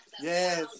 Yes